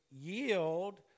yield